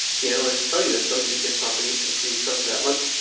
the analytics tell you that somebody who gets on base and creates runs that much,